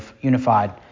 unified